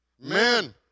Men